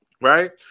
right